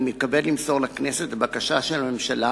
אני מתכבד להודיע לכנסת על בקשתה של הממשלה